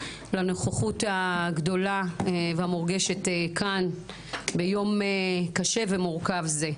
לנוכחות הגדולה והמורגשת כאן ביום קשה ומורכב זה,